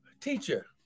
teacher